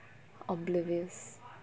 oblivious